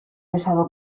besado